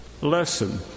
lesson